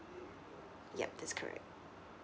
ya that's correct